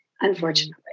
unfortunately